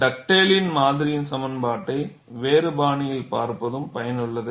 டக்டேலின் மாதிரியின் சமன்பாட்டை வேறு பாணியில் பார்ப்பதும் பயனுள்ளது